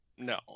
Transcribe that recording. No